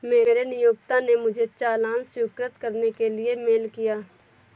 मेरे नियोक्ता ने मुझे चालान स्वीकृत करने के लिए मेल किया